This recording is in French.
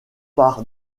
par